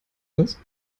das